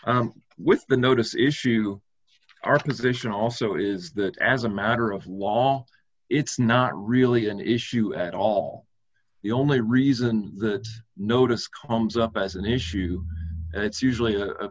judge with the notice issue our position also is that as a matter of law it's not really an issue at all the only reason the notice comes up as an issue it's usually